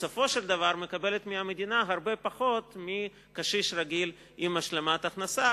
בסופו של דבר מקבלת מהמדינה הרבה פחות מקשישים רגילים עם השלמת הכנסה,